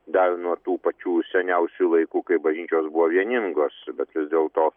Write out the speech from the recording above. dar nuo tų pačių seniausių laikų kai bažnyčios buvo vieningos bet vis dėlto